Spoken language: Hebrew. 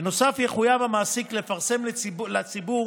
בנוסף יחויב המעסיק לפרסם לציבור